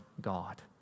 God